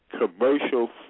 commercial